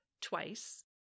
twice